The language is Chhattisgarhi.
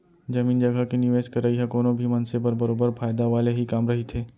जमीन जघा के निवेस करई ह कोनो भी मनसे बर बरोबर फायदा वाले ही काम रहिथे